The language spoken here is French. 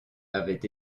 avait